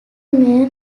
male